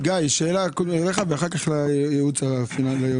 גיא, שאלה קודם אליך ואחר כך ליועצים הפיננסיים.